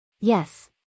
Yes